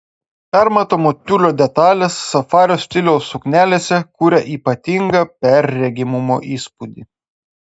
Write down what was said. permatomo tiulio detalės safario stiliaus suknelėse kuria ypatingą perregimumo įspūdį